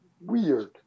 weird